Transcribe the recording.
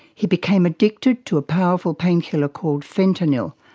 he became addicted to a powerful painkiller called fentanyl.